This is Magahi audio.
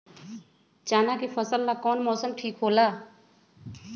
चाना के फसल ला कौन मौसम ठीक होला?